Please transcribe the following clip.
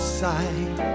sight